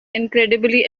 incredibly